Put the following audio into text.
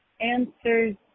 answers